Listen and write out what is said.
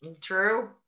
True